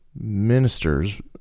ministers